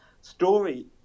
story